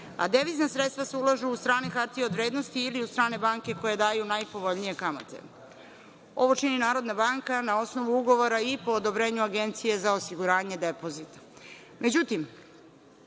a devizna sredstva se ulažu u strane hartije od vrednosti ili u strane banke koje daju najpovoljnije kamate. Ovo čini Narodna banka na osnovu ugovora i po odobrenju Agencije za osiguranje depozita.Međutim,